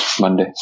Monday